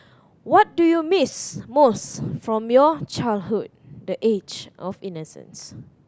what do you miss most from your childhood the age of innocence